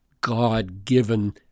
God-given